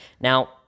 Now